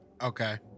Okay